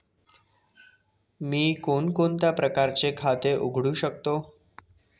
मी कोणकोणत्या प्रकारचे खाते उघडू शकतो?